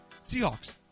Seahawks